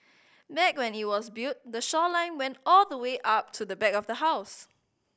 back when it was built the shoreline went all the way up to the back of the house